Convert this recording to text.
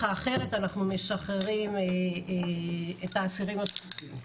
האחרת אנחנו משחררים את האסירים הדחופים.